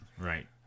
right